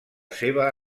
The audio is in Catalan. seva